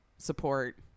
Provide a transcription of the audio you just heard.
support